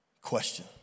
question